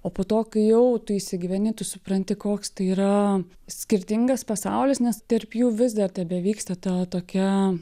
o po to kai jau tu įsigyveni tu supranti koks tai yra skirtingas pasaulis nes tarp jų vis dar tebevyksta ta tokia